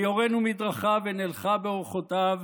ויֺרֵנו מדרכיו ונלכה באֺרחֺתיו,